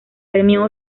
premio